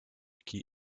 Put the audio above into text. key